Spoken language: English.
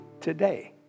today